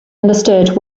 understood